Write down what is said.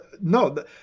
No